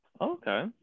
Okay